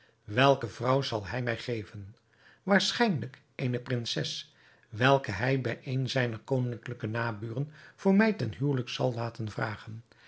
welke vrouw zal hij mij geven waarschijnlijk eene prinses welke hij bij een zijner koninklijke naburen voor mij ten huwelijk zal laten vragen